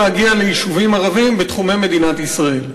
לא להגיע ליישובים ערביים בתחומי מדינת ישראל.